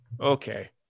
Okay